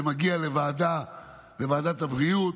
זה מגיע לוועדת הבריאות.